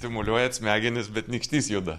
stimuliuojat smegenis bet nykštys juda